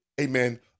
amen